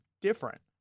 different